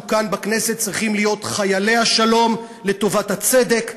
אנחנו כאן בכנסת צריכים להיות חיילי השלום לטובת הצדק והשוויון.